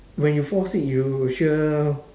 when you fall sick you sure